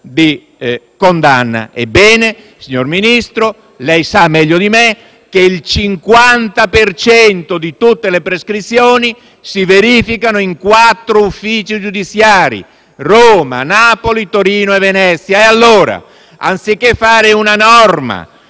di condanna. Signor Ministro, lei sa meglio di me che il 50 per cento di tutte le prescrizioni si verificano in quattro uffici giudiziari: Roma, Napoli, Torino e Venezia. Anziché fare una norma